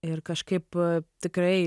ir kažkaip tikrai